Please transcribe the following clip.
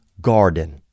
Garden